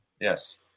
Yes